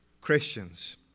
Christians